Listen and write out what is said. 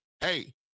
Hey